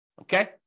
Okay